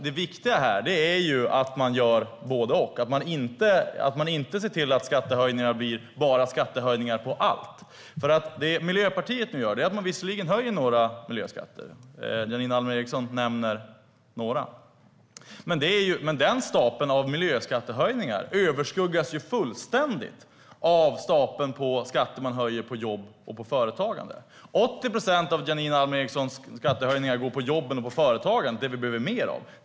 Det viktiga här är att man gör både och, att man ser till att skattehöjningar inte blir skattehöjningar på allt. Det Miljöpartiet gör är att man visserligen höjer några miljöskatter. Janine Alm Ericson nämner några. Men stapeln på miljöskattehöjningar överskuggas ju fullständigt av stapeln på skatter man höjer på jobb och företagande. 80 procent av Janine Alm Ericsons skattehöjningar är på jobben och på företagandet - det vi behöver mer av.